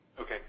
Okay